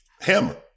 Hammer